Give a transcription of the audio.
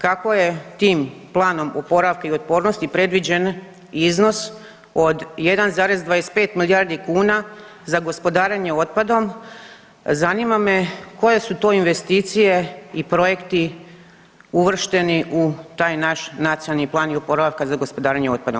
Kako je tim planom oporavka i otpornosti predviđen iznos od 1,25 milijardi kuna za gospodarenje otpadom, zanima me koje su to investicije i projekti uvršteni u taj naš Nacionalni plan i oporavka za gospodarenje otpadom?